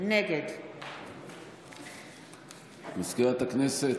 נגד מזכירת הכנסת,